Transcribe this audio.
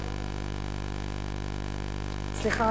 סליחה,